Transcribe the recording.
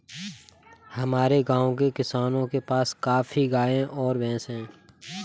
हमारे गाँव के किसानों के पास काफी गायें और भैंस है